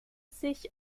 sich